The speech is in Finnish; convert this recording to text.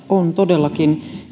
on todellakin